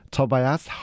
Tobias